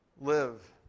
Live